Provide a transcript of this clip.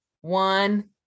one